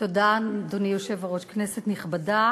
אדוני היושב-ראש, תודה, כנסת נכבדה,